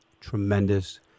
tremendous